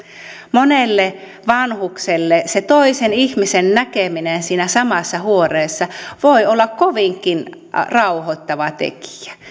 monelle vanhukselle se toisen ihmisen näkeminen siinä samassa huoneessa voi olla kovinkin rauhoittava tekijä